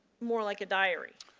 more like a diary?